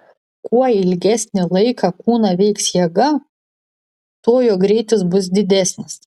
kuo ilgesnį laiką kūną veiks jėga tuo jo greitis bus didesnis